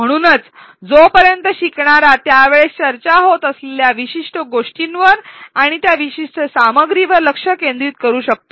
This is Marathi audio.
म्हणून जोपर्यंत शिकणारा त्यावेळेस चर्चा होत असलेल्या विशिष्ट गोष्टींवर आणि त्या विशिष्ट सामग्रीवर लक्ष केंद्रित करू शकतो